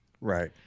Right